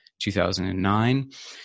2009